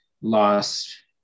lost